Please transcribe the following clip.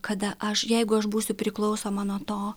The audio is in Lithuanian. kada aš jeigu aš būsiu priklausoma nuo to